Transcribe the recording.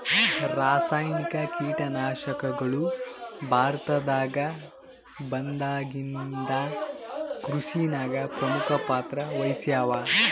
ರಾಸಾಯನಿಕ ಕೀಟನಾಶಕಗಳು ಭಾರತದಾಗ ಬಂದಾಗಿಂದ ಕೃಷಿನಾಗ ಪ್ರಮುಖ ಪಾತ್ರ ವಹಿಸ್ಯಾವ